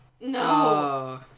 No